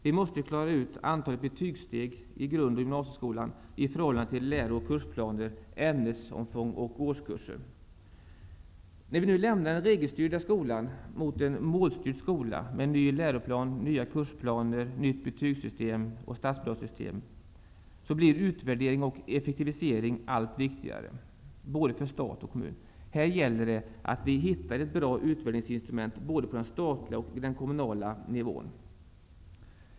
Vi måste klara ut antalet betygssteg i grund och gymnasieskolan i förhållande till läro och kursplaner, ämnesomfång och årskurser. När vi nu lämnar den regelstyrda skolan för en målstyrd skola med ny läroplan, nya kursplaner, nytt betygssystem och nytt statsbidragssystem, blir utvärdering och effektivisering allt viktigare, både för stat och kommun. Här gäller det att vi hittar bra utvärderingsinstrument både på den statliga och den kommunala nivån.